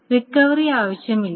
recovery ആവശ്യമില്ല